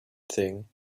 thing